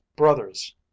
Brothers